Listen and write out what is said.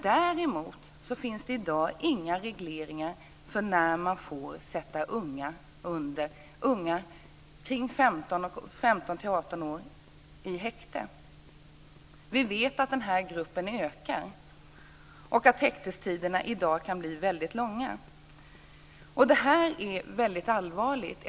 Däremot finns det i dag inga regleringar för när man får sätta unga människor på 15-18 år i häkte. Vi vet att den här gruppen ökar och att häktestiderna kan bli väldigt långa. Det här är väldigt allvarligt.